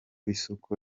isoko